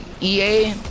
EA